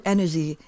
Energy